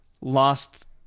lost